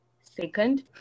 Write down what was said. second